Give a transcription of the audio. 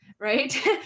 Right